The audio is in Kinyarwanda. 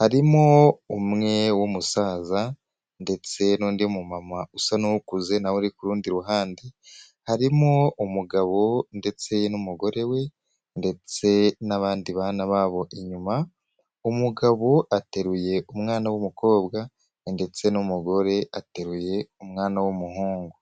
harimo umwe w'umusaza ndetse n'undi mumama usa n'ukuze nawe uri kurundi ruhande, harimo umugabo ndetse n'umugore we ndetse n'abandi bana babo inyuma, umugabo ateruye umwana w'umukobwa, ndetse n'umugore ateruye umwana w'umuhungu.